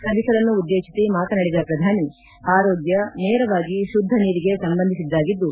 ಸಭಿಕರನ್ನುದ್ದೇತಿಸಿ ಮಾತನಾಡಿದ ಪ್ರಧಾನಿ ಆರೋಗ್ಗ ನೇರವಾಗಿ ಶುದ್ದ ನೀರಿಗೆ ಸಂಬಂಧಿಸಿದ್ದಾಗಿದ್ದು